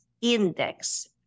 index